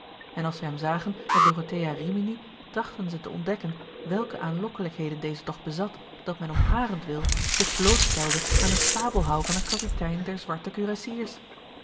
en als zij hem zagen met dorothea rimini trachtten ze te ontdekken welke aan lokkelijkheden deze toch bezat dat men om harent wil zich bloot stelde aan een sabelhouw van een kapitein der zwarte